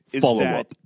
Follow-up